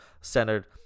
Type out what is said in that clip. Centered